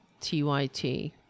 TYT